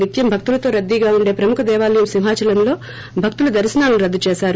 నిత్యం భక్తులతో రద్దీగా ఉండే ప్రముఖ దేవాలయం సిహాంచలంలో భక్తుల దర్రనాలను రద్దు చేశారు